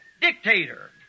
dictator